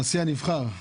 הנשיא הנבחר,